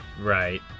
Right